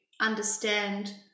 understand